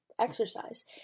exercise